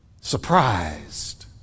Surprised